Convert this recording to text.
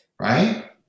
Right